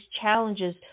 challenges